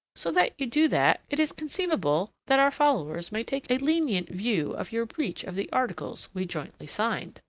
so that you do that, it is conceivable that our followers may take a lenient view of your breach of the articles we jointly signed.